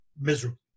miserable